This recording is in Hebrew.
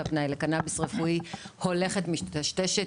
פנאי לבין קנביס רפואי הולכת ומטשטשת.